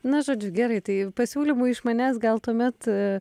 na žodžiu gerai tai pasiūlymų iš manęs gal tuomet